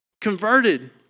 converted